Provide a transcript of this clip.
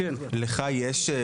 לך יש,